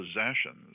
possessions